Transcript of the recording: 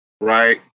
right